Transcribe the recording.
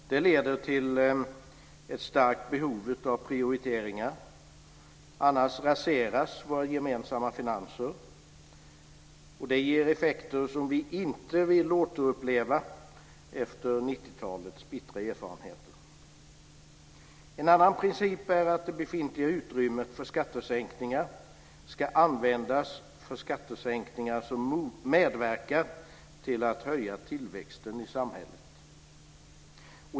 Det leder till ett starkt behov av prioriteringar, för annars raseras våra gemensamma finanser. Det ger effekter som vi inte vill återuppleva efter 1990-talets bittra erfarenheter. En annan princip är att befintligt utrymme för skattesänkningar ska användas för skattesänkningar som medverkar till höjd tillväxt i samhället.